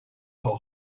how